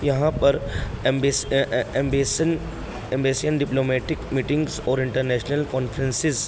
یہاں پر embassies embassies diplomatic meetings اور انٹرنیشنل کانفرینسز